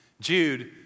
Jude